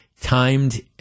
timed